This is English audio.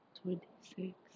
twenty-six